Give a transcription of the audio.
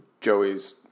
Joey's